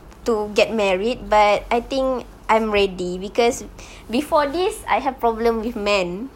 to get married but I think I'm ready because before this I have problem with man